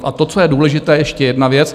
A co je důležité, ještě jedna věc.